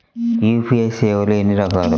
UPI సేవలు ఎన్నిరకాలు?